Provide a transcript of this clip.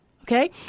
Okay